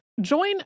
Join